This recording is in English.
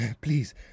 Please